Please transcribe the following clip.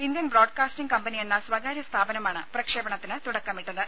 Indian broadcasting കമ്പനിയെന്ന സ്വകാര്യ സ്ഥാപനമാണ് പ്രക്ഷേപണത്തിന് തുടക്കമിട്ടത്